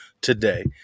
today